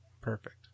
Perfect